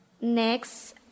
next